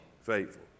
faithful